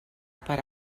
per